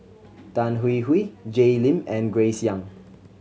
Tan Hwee Hwee Jay Lim and Grace Young